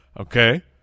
Okay